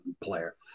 player